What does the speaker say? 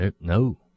No